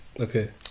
Okay